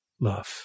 love